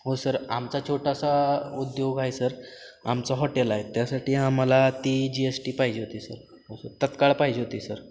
हो सर आमचा छोटासा उद्योग आहे सर आमचं हॉटेल आहे त्यासाठी आम्हाला ती जी एस टी पाहिजे होती सर हो सर तात्काळ पाहिजे होती सर